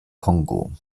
kongo